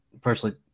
personally